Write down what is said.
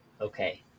Okay